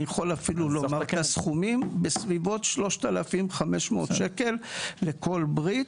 אני יכול אפילו לומר את הסכומים בסביבות 3,500 שקל לכל ברית.